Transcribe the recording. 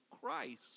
Christ